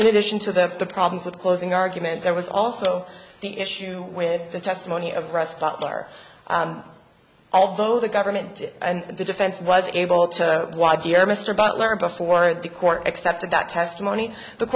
in addition to the problems with closing argument there was also the issue with the testimony of breast butler although the government and the defense was able to why dear mr butler before the court accepted that testimony the